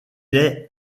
est